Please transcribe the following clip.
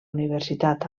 universitat